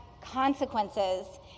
consequences